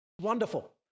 Wonderful